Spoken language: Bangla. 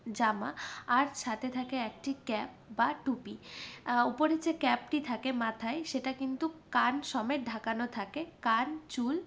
জামা আর সাথে থাকে একটি ক্যাপ বা টুপি উপরে যে ক্যাপটি থাকে মাথায় সেটা কিন্তু কান সমেত ঢাকানো থাকে কান চুল